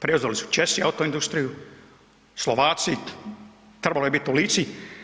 Preuzeli su Česi auto-industriju, Slovaci, trebalo je biti u Lici.